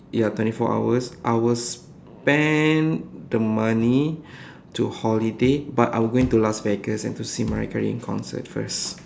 ya twenty four hours I will spend the money to holiday but I will go into Las-Vegas and to see my Mariah-Carey in concert first